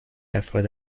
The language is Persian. افراد